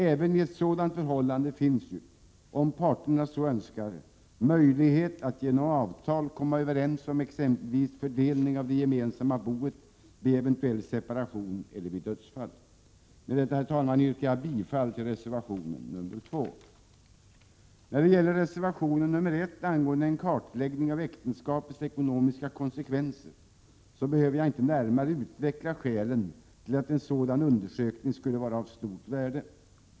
Även i ett sådant förhållande finns ju — om parterna så önskar — möjlighet att genom avtal komma överens om exempelvis fördelning av det gemensamma boet vid en eventuell separation eller vid dödsfall. Med detta, herr talman, yrkar jag bifall till reservation nr 2. När det gäller reservation nr 1 angående en kartläggning av äktenskapets ekonomiska konsekvenser behöver jag inte närmare utveckla skälen till att en sådan undersökning skulle vara av stort värde.